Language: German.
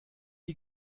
die